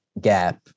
gap